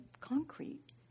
concrete